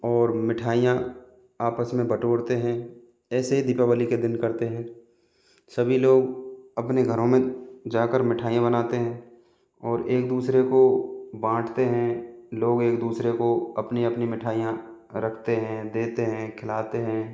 और मिठाइयाँ आपस में बटोरते हैं ऐसे ही दीपावली के दिन करते हैं सभी लोग अपने घरों में जा कर मिठाइयाँ बनाते हैं और एक दूसरे को बाँटते हैं लोग एक दूसरे को अपनी अपनी मिठाइयाँ रखते हैं देते हैं खिलाते हैं